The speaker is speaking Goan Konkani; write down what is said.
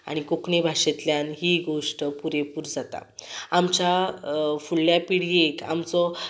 आनी कोंकणी भाशेंतल्यान ही गोश्ट पुरेपूर जाता आमच्या फुडल्या पिळगेक आमचो